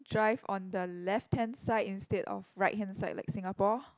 drive on the left hand side instead of right hand side like Singapore